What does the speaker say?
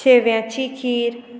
शेव्याची खीर